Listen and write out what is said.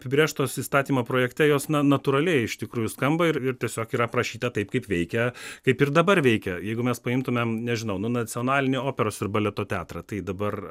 apibrėžtos įstatymo projekte jos na natūraliai iš tikrųjų skamba ir ir tiesiog yra aprašyta taip kaip veikia kaip ir dabar veikia jeigu mes paimtumėm nežinau nu nacionalinį operos ir baleto teatrą tai dabar